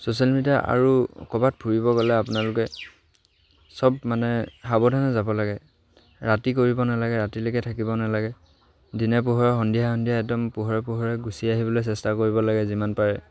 social মিডিয়াত আৰু ক'ৰবাত ফুৰিব গ'লে আপোনালোকে চব মানে সাৱধানে যাব লাগে ৰাতি কৰিব নালাগে ৰাতিলৈকে থাকিব নালাগে দিনে পোহৰে সন্ধিয়াই সন্ধিয়াই একদম পোহৰে পোহৰে গুচি আহিবলৈ চেষ্টা কৰিব লাগে যিমান পাৰে